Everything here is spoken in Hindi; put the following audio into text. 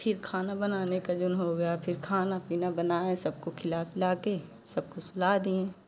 वहाँ से फिर खाना बनाने का जून हो गया खाना पीना बनाए सबको खिला पिला कर सबको सुला दिए